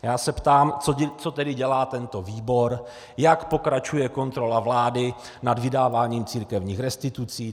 Já se ptám, co tedy dělá tento výbor, jak pokračuje kontrola vlády nad vydáváním církevních restitucí.